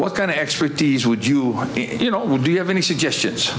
what kind of expertise would you you know do you have any suggestions